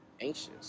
anxious